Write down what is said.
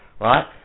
Right